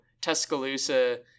tuscaloosa